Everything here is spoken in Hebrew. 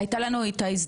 היתה לנו ההזדמנות,